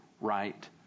right